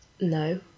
No